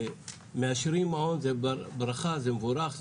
מאשרים מעון, זה ברכה, זה מבורך.